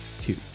two